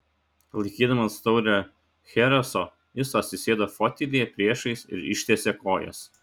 laikydamas taurę chereso jis atsisėdo fotelyje priešais ir ištiesė kojas